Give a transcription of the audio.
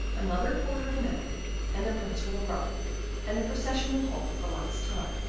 another quarter of an hour and the prince will arrive and the procession will halt for the last time